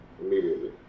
immediately